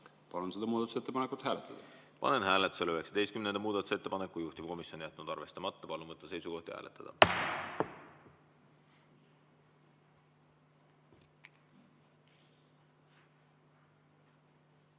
Palun seda muudatusettepanekut hääletada. Panen hääletusele 42. muudatusettepaneku. Juhtivkomisjon on jätnud arvestamata. Palun võtta seisukoht ja hääletada!